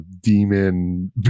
demon